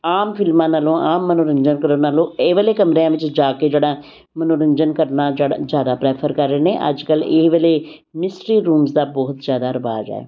ਆਮ ਫਿਲਮਾਂ ਨਾਲੋਂ ਆਮ ਮਨੋਰੰਜਨ ਕਰਨ ਨਾਲੋਂ ਇਹ ਵਾਲੇ ਕਮਰਿਆਂ ਵਿੱਚ ਜਾ ਕੇ ਜਿਹੜਾ ਮਨੋਰੰਜਨ ਕਰਨਾ ਜੈੜ ਜ਼ਿਆਦਾ ਪ੍ਰੈਫਰ ਕਰ ਰਹੇ ਨੇ ਅੱਜ ਕੱਲ੍ਹ ਇਹ ਵੇਲੇ ਮਿਸਟਰੀ ਰੂਮਸ ਦਾ ਬਹੁਤ ਜ਼ਿਆਦਾ ਰਿਵਾਜ਼ ਹੈ